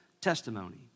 testimony